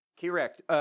Correct